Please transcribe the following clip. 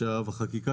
החקיקה